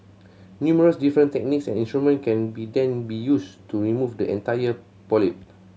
numerous different techniques and instruments can be then be used to remove the entire polyp